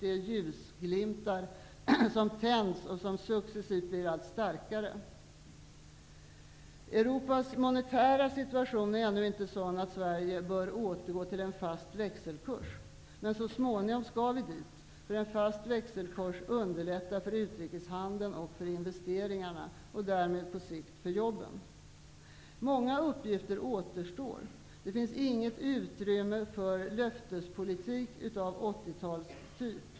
Det är ljusglimtar som tänds och som successivt blir allt starkare. Europas monetära situation är ännu inte sådan att Sverige bör återgå till en fast växelkurs, men så småningom skall vi dit. En fast växelkurs underlättar för utrikeshandeln och för investeringarna och därmed på sikt för jobben. Många uppgifter återstår. Det finns inget utrymme för löftespolitik av 80-talstyp.